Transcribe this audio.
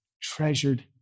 treasured